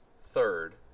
third